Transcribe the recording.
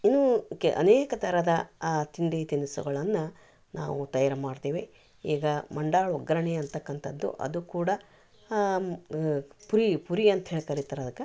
ಇನ್ ಕೆ ಅನೇಕ ಥರದ ತಿಂಡಿ ತಿನಿಸುಗಳನ್ನ ನಾವು ತಯಾರು ಮಾಡ್ತೇವೆ ಈಗ ಮಂಡಾಳು ಒಗ್ಗರಣೆ ಅಂತಕ್ಕಂಥದ್ದು ಅದು ಕೂಡ ಪುರಿ ಪುರಿ ಅಂತ ಹೇಳಿ ಕರಿತಾರ ಅದಕ್ಕೆ